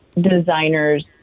designers